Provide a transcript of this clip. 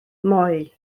moi